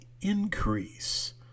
increase